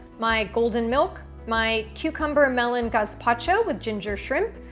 my golden milk, my cucumber melon gazpacho with ginger shrimp,